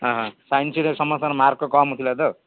ହଁ ହଁ ସାଇନ୍ସରେ ସମସ୍ତଙ୍କ ମାର୍କ କମ୍ ଥିଲା ତ